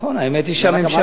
האמת היא שהממשלה,